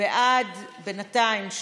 בינתיים: בעד, 13,